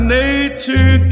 nature